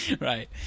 right